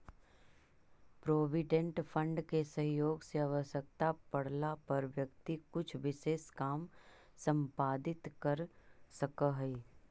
provident fund के सहयोग से आवश्यकता पड़ला पर व्यक्ति कुछ विशेष काम संपादित कर सकऽ हई